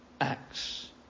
acts